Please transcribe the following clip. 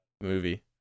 movie